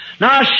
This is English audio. Now